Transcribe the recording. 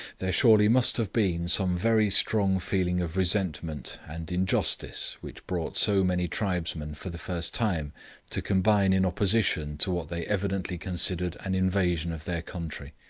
there surely must have been some very strong feeling of resentment and injustice which brought so many tribesmen for the first time to combine in opposition to what they evidently considered an invasion of their country.